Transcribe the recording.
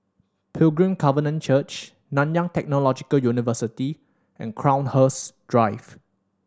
Pilgrim Covenant Church Nanyang Technological University and Crowhurst Drive